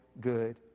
good